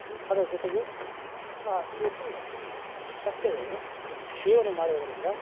ಅದರ ಜೊತೆಗೆ ಆ ತುಳಸಿ ಸಸ್ಯವನ್ನು ಸೇವನೆ ಮಾಡುವುದರಿಂದ